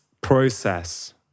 process